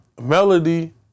melody